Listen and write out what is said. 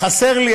חסר לי,